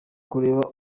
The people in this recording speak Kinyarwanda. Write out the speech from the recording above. kureba